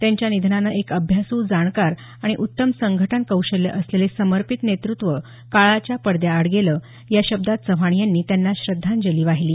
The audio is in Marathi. त्यांच्या निधनाने एक अभ्यासू जाणकार आणि उत्तम संघटन कौशल्य असलेले समर्पित नेतृत्व काळाच्या पडद्याआड गेलं या शब्दांत चव्हाण यांनी त्यांना श्रद्धांजली वाहिली